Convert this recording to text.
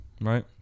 right